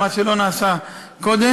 מה שלא נעשה קודם.